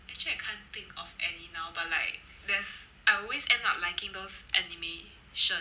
actually I can't think of any now but like there's I always end up liking those animation